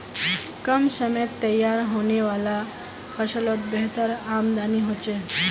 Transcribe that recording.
कम समयत तैयार होने वाला ला फस्लोत बेहतर आमदानी होछे